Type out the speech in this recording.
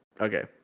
Okay